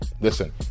Listen